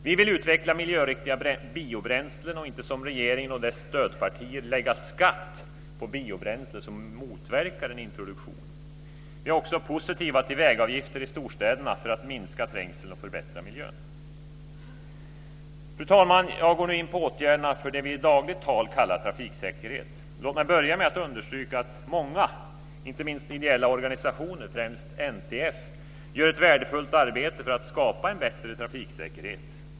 Vi vill utveckla miljöriktiga biobränslen, inte som regeringen och dess stödpartier lägga skatt på biobränslen som motverkar en introduktion. Vi är också positiva till vägavgifter i storstäderna för att minska trängseln och förbättra miljön. Fru talman! Jag går nu in på åtgärderna för det som vi i dagligt tal kallar trafiksäkerhet. Låt mig börja med att understryka att många, inte minst ideella organisationer, främst NTF, gör ett värdefullt arbete för att skapa en bättre trafiksäkerhet.